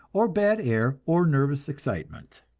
or bad air, or nervous excitement.